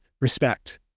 respect